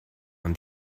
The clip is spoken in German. und